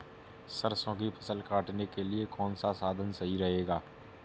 सरसो की फसल काटने के लिए कौन सा साधन सही रहेगा?